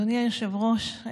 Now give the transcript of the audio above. אדוני היושב-ראש,